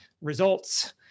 results